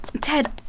Ted